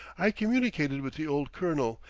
i communicated with the old colonel,